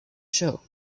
show